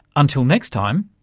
until next time,